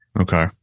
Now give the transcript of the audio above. Okay